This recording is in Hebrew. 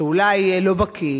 שאולי לא בקי,